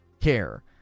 care